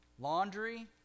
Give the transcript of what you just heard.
Laundry